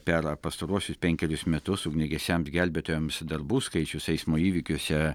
per pastaruosius penkerius metus ugniagesiams gelbėtojams darbų skaičius eismo įvykiuose